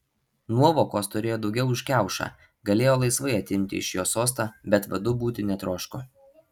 nuovokos turėjo daugiau už kiaušą galėjo laisvai atimti iš jo sostą bet vadu būti netroško